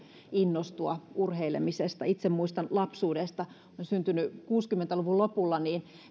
innostua urheilemisesta itse muistan lapsuudesta olen syntynyt kuusikymmentä luvun lopulla